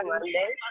Monday